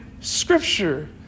scripture